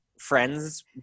friends